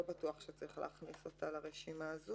לא בטוח שצריך להכניס אותה לרשימה הזאת.